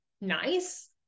nice